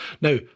now